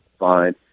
Fine